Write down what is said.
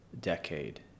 decade